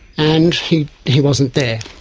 and he he wasn't there.